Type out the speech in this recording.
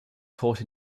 taught